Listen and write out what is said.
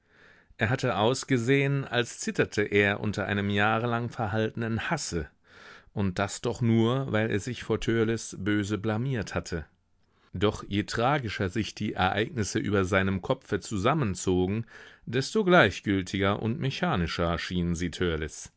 er hatte ausgesehen als zitterte er unter einem jahrelang verhaltenen hasse und das doch nur weil er sich vor törleß böse blamiert hatte doch je tragischer sich die ereignisse über seinem kopfe zusammenzogen desto gleichgültiger und mechanischer schienen sie